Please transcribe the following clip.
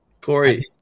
Corey